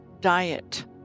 diet